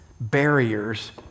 barriers